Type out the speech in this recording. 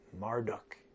Marduk